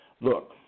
Look